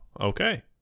Okay